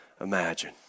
imagine